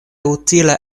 utila